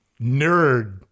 Nerd